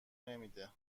نمیده